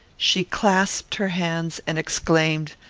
she clasped her hands, and exclaimed,